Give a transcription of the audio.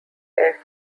air